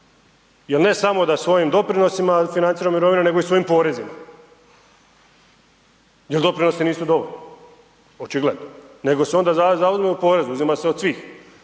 Jer ne samo da svojim doprinosima financira mirovine nego i svojim porezima jer doprinosi nisu dovoljni, očigledno nego se onda zauzme u porez, uzima se od svih